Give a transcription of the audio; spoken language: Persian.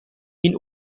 این